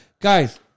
guys